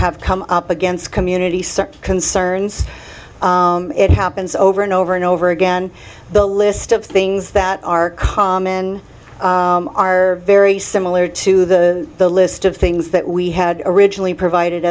have come up against community service concerns it happens over and over and over again the list of things that are common are very similar to the the list of things that we had originally provided